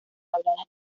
habladas